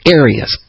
areas